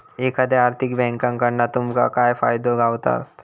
एखाद्या आर्थिक बँककडना तुमका काय फायदे गावतत?